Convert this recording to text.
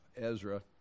Ezra